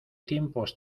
tiempos